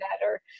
better